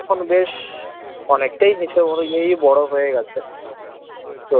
এখন বেশ অনেকটাই হিসেব অনুযায়ী বড় হয়ে গিয়েছে তো